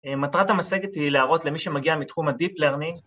מטרת המצגת היא להראות למי שמגיע מתחום הדיפ-לרנינג.